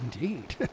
Indeed